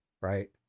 right